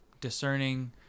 discerning